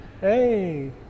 hey